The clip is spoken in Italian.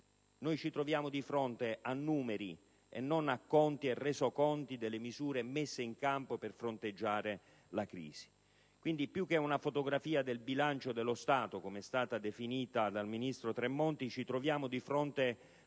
ci troviamo di fronte a numeri e non a conti e resoconti delle misure messe in campo per fronteggiare la crisi. Quindi, più che a una fotografia del bilancio dello Stato, come è stata definita dal ministro Tremonti, ci troviamo di fronte